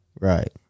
Right